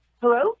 Hello